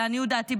לעניות דעתי,